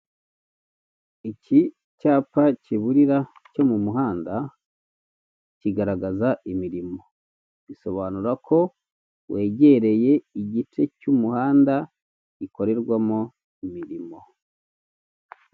Iki cyapa kiburira cyo mu muhanda, kigaragaza imirimo, bisobanura ko wegereye igice cy'umuhanda ikorerwamo imirimo.